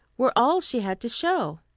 were all she had to show.